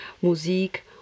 Musik